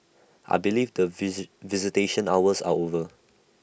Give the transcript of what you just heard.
I believe that visit visitation hours are over